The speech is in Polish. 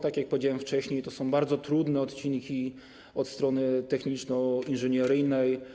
Tak jak powiedziałem wcześniej, to są bardzo trudne odcinki od strony techniczno-inżynieryjnej.